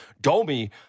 Domi